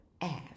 ask